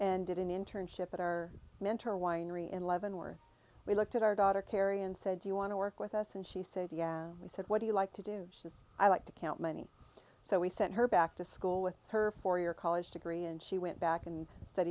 and did an internship at our mentor winery in leavenworth we looked at our daughter carrie and said you want to work with us and she said yeah we said what do you like to do says i like to count money so we sent her back to school with her four year college degree and she went back and s